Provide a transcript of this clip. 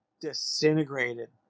disintegrated